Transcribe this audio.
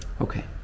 Okay